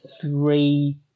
three